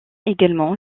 également